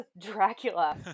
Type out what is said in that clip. Dracula